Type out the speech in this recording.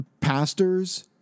pastors